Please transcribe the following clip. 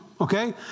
Okay